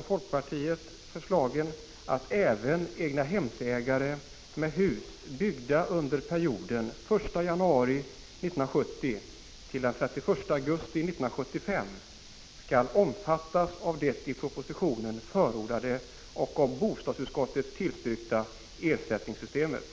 i folkpartiets motion 134 om att även egnahemsägare med hus byggda under perioden den 1 januari 1970-den 31 augusti 1975 skall omfattas av det i propositionen förordade och av bostadsutskottet tillstyrkta ersättningssystemet.